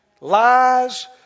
Lies